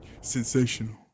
sensational